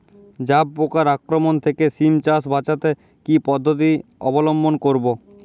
জাব পোকার আক্রমণ থেকে সিম চাষ বাচাতে কি পদ্ধতি অবলম্বন করব?